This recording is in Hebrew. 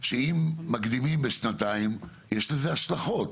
שאם מקדימים בשנתיים יש לכך השלכות,